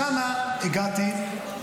לשם הגעתי,